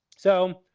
so,